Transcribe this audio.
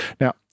Now